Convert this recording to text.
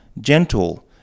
gentle